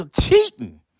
cheating